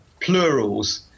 plurals